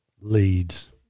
leads